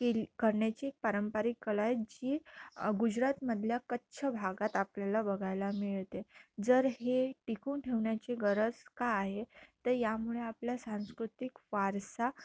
केल करण्याची पारंपरिक कला आहे जी गुजरातमधल्या कच्छ भागात आपल्याला बघायला मिळते जर हे टिकून ठेवण्याची गरज का आहे तर यामुळे आपल्या सांस्कृतिक वारसा